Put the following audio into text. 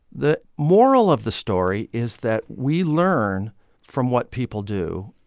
the moral of the story is that we learn from what people do.